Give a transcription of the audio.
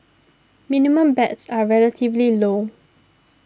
minimum bets are relatively low